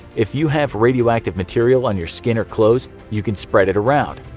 if you have radioactive material on your skin or clothes you can spread it around.